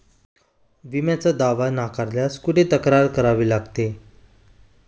विम्याचा दावा नाकारल्यास कुठे तक्रार करावी लागते?